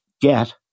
get